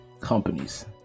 Companies